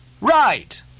Right